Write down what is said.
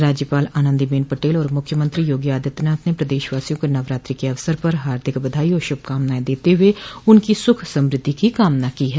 राज्यपाल आनन्दीबेन पटेल और मुख्यमंत्री योगी आदित्यनाथ ने प्रदेशवासियों को नवरात्रि के अवसर पर हार्दिक बधाई और शुभकामनाएं देते हुए उनकी सुख समृद्धि की कामना की है